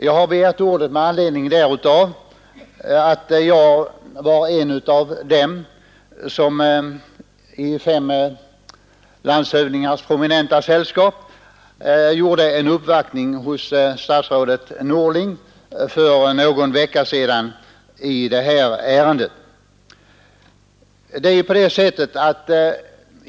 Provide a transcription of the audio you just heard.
Jag har begärt ordet av den anledningen att jag var en av dem som i fem landshövdingars prominenta sällskap uppvaktade statsrådet Norling för någon vecka sedan i detta ärende.